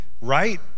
right